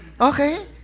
Okay